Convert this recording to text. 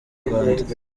rwanda